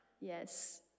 Yes